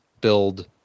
build